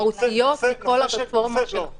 מהותיות זה כל הפלטפורמה של חוק.